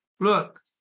Look